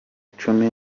cumi